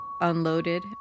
unloaded